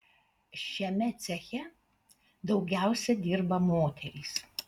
šiame ceche daugiausiai dirba moterys